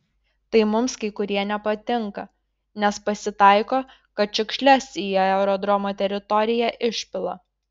tai mums kai kurie nepatinka nes pasitaiko kad šiukšles į aerodromo teritoriją išpila